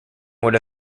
would